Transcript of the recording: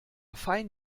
fein